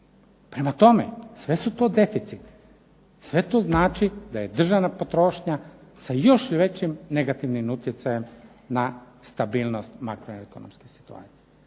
Prema tome, sve su to deficiti. Sve to znači da je državna potrošnja sa još većim negativnim utjecajem na stabilnost makroekonomske situacije,